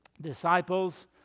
disciples